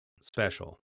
special